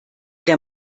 der